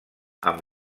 amb